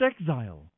exile